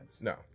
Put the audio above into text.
No